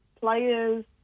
players